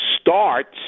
starts